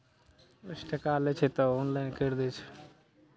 उन्नैस टाका लै छै तऽ ऑनलाइन करि दै छै